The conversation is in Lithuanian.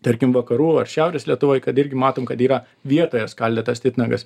tarkim vakarų ar šiaurės lietuvoj kad irgi matom kad yra vietoje skaldytas titnagas